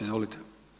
Izvolite.